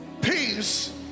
peace